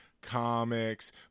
Comics